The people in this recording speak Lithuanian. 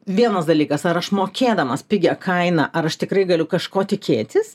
vienas dalykas ar aš mokėdamas pigią kainą ar aš tikrai galiu kažko tikėtis